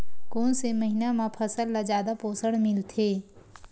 कोन से महीना म फसल ल जादा पोषण मिलथे?